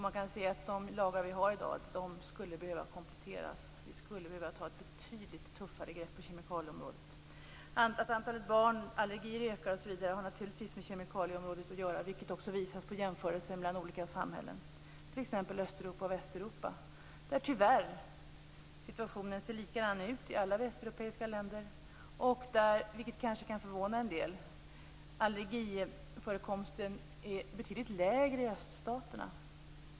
Man kan se att de lagar vi har i dag skulle behöva kompletteras. Vi skulle behöva ta ett betydligt tuffare grepp på kemikalieområdet. Att antalet allergier hos barn ökar har naturligtvis med kemikalieområdet att göra, vilket också visas i jämförelsen mellan olika samhällen, t.ex. Östeuropa och Västeuropa. Tyvärr ser situationen likadan ut i alla västeuropeiska länder. Men allergiförekomsten är, vilket kanske kan förvåna en del, betydligt lägre i öststaterna.